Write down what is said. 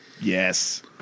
Yes